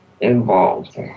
involved